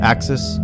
Axis